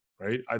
right